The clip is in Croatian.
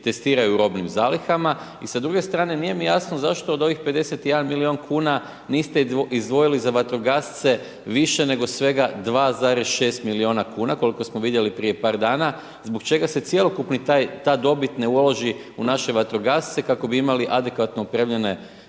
testiraju u robnim zalihama i sa druge strane nije mi jasno zašto od ovih 51 milion kuna niste izdvojili za vatrogasce više nego svega 2,6 miliona kuna kolko smo vidjeli prije par dana, zbog se cjelokupni taj, ta dobit ne uloži u naše vatrogasce kako bi imali adekvatno opremljene